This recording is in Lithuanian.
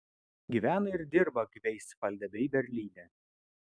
gyvena ir dirba greifsvalde bei berlyne